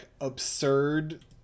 absurd